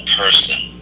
person